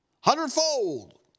hundredfold